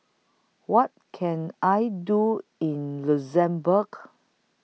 What Can I Do in Luxembourg